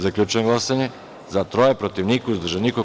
Zaključujem glasanje: za – tri, protiv – niko, uzdržan – niko.